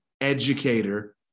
educator